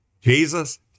Jesus